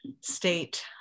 State